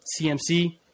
CMC